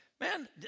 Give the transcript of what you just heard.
Man